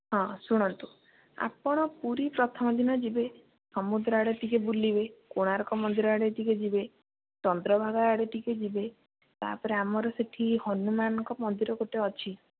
ହଁ ଶୁଣନ୍ତୁ ଆପଣ ପୁରୀ ପ୍ରଥମ ଦିନ ଯିବେ ସମୁଦ୍ର ଆଡ଼େ ଟିକେ ବୁଲିବେ କୋଣାର୍କ ମନ୍ଦିର ଆଡ଼େ ଟିକେ ଯିବେ ଚନ୍ଦ୍ରଭାଗା ଆଡ଼େ ଟିକେ ଯିବେ ତା ପରେ ଆମର ସେଠି ହନୁମାନଙ୍କ ମନ୍ଦିର ଗୋଟେ ଅଛି